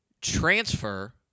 transfer